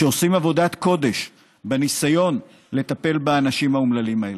שעושים עבודת קודש בניסיון לטפל באנשים האומללים האלה.